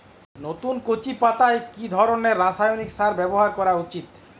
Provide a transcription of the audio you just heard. নতুন কচি পাতায় কি ধরণের রাসায়নিক সার ব্যবহার করা উচিৎ?